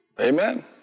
Amen